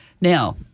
Now